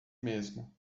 mesmo